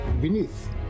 beneath